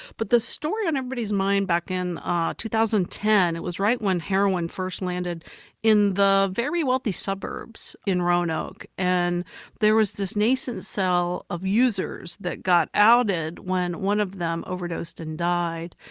but the story on everybody's mind back in ah two thousand and ten, it was right when heroin first landed in the very wealthy suburbs in roanoke. and there was this nascent sell of users that got outed when one of them overdosed and died,